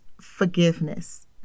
forgiveness